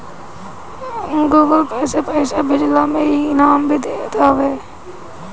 Google Pay से पईसा भेजला पे इ इनाम भी देत हवे